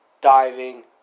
diving